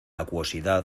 acuosidad